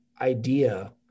idea